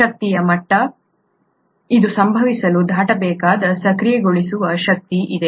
ಶಕ್ತಿಯ ಮಟ್ಟ ಇದು ಸಂಭವಿಸಲು ದಾಟಬೇಕಾದ ಸಕ್ರಿಯಗೊಳಿಸುವ ಶಕ್ತಿ ಇದೆ